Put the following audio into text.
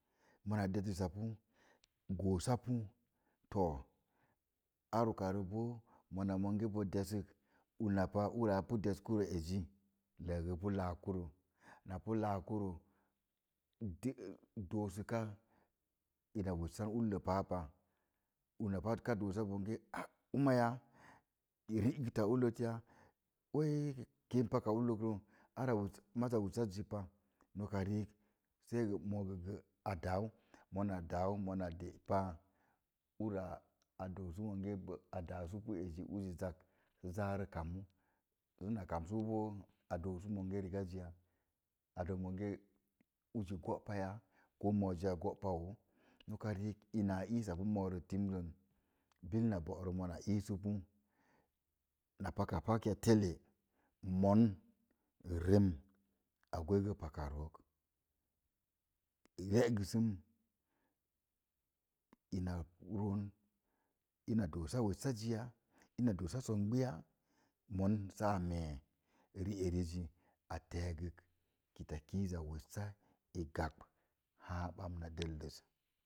Mona dedəsapu, goosapu, too, ar ukaro boo mona monge bo desək unapa ura apu deskurə ezi, ləəgə pu laakurə. Napu laakurə, de doosuka ina wessan ullə paapa. Unapa ka doosa bonge a’ umaya, ri'gəta ullət ya, uee, keem paka ullək rə ara wes maza wessazipa, noka riik, sai gə moo gə gə a daau, mona daau, mona de'pa, ura a doosa monge bo adasupu ezi, azi zak sə zaare kamu. Səana kamsuboo a doosu monge rigaziya, a dook monge uzi go'payaa ko moozi a go'pa woo. Noka riik ina a iisapu moorə timlən, bil na bo'rə mona iisupu, na pakapakya telle, mon rem a gwegə pakarook. Ye'gəsəm, ina roon, ina doosa wessaziya, ina doosa songbiyaa, mon saa mee, ri'erizi a teegək kitakiiza wessa i gabk haa ɓamna dəlləz.